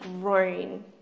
grown